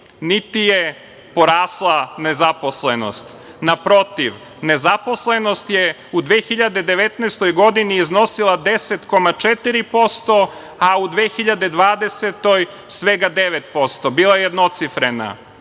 niti je porasla nezaposlenost. Naprotiv, nezaposlenost je u 2019. godini iznosila 10,4%, a u 2020. godini svega 9%, bila je jednocifrena.